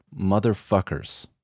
motherfuckers